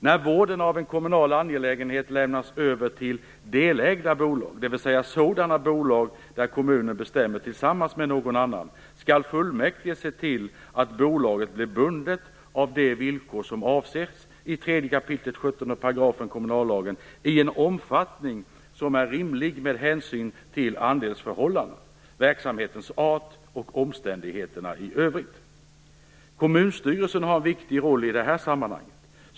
När vården av en kommunal angelägenhet lämnas över till delägda bolag, dvs. sådana bolag där kommunen bestämmer tillsammans med någon annan, skall fullmäktige se till att bolaget blir bundet av de villkor som avses i 3 kap. 17 § kommunallagen i en omfattning som är rimlig med hänsyn till andelsförhållanden, verksamhetens art och omständigheterna i övrigt. Kommunstyrelsen har en viktig roll i det här sammanhanget.